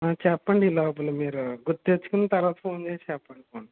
చెప్పండి ఈ లోపల మీరు గుర్తు తెచ్చుకుని తర్వాత ఫోన్ చేసి చెప్పండి